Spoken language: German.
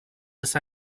ist